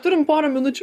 turim porą minučių